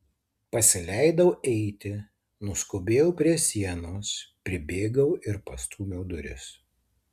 pasileidau eiti nuskubėjau prie sienos pribėgau ir pastūmiau duris